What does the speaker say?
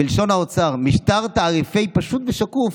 בלשון האוצר, משטר תעריפי פשוט ושקוף.